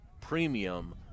premium